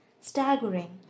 staggering